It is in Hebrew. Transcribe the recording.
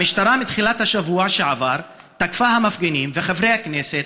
המשטרה בתחילת השבוע שעבר תקפה את המפגינים וחברי הכנסת